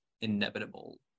inevitable